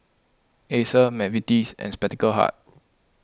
Acer Mcvitie's and Spectacle Hut